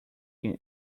can